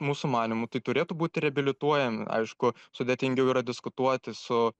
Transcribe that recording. mūsų manymu tai turėtų būti reabilituojami aišku sudėtingiau yra diskutuoti su